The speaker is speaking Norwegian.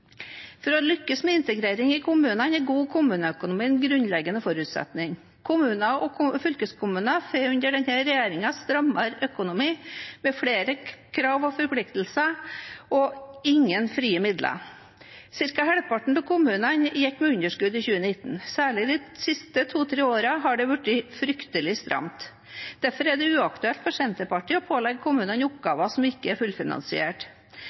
For å lykkes med integrering i kommunene er en god kommuneøkonomi en grunnleggende forutsetning. Kommuner og fylkeskommuner får under denne regjeringen strammere økonomi med flere krav og forpliktelser og ingen frie midler. Cirka halvparten av kommunene gikk med underskudd i 2019, og særlig de siste to–tre årene har det vært fryktelig stramt. Derfor er det uaktuelt for Senterpartiet å pålegge kommuner oppgaver som ikke er fullfinansiert.